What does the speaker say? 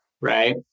Right